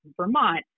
Vermont